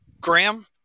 Graham